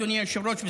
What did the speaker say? אדוני היושב-ראש,